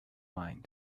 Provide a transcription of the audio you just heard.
mind